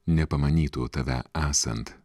nepamanytų tave esant